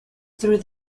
through